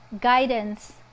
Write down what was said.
guidance